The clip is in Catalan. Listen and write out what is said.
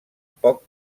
poc